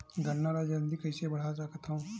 गन्ना ल जल्दी कइसे बढ़ा सकत हव?